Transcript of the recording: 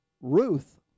Ruth